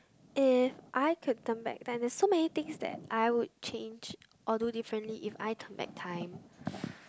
if I could turn back time there's so many things that I would change or do differently if I turn back time